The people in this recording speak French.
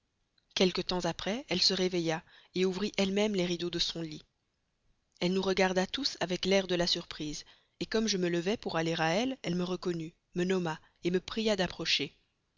quelque temps après elle se réveilla ouvrit elle-même les rideaux de son lit elle nous regarda tous avec l'air de la surprise comme je me levais pour aller à elle elle me reconnut me nomma me pria d'approcher